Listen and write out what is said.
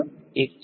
આ મૂલ્ય શું છે